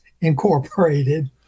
Incorporated